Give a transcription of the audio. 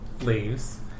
leaves